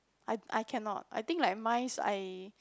I I cannot I think like mice I